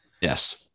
yes